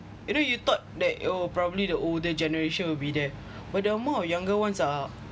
you know you thought that oh probably the older generation will be there where the amount of younger ones are